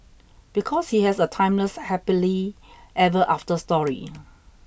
because he has a timeless happily ever after story